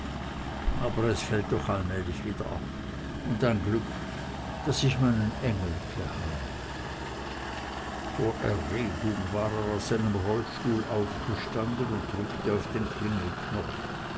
aber es fällt doch allmählich wieder ab und ein glück daß ich meinen engelke habe vor erregung war er aus seinem rollstuhl aufgestanden und drückte auf den klingelknopf